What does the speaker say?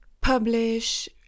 publish